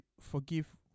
forgive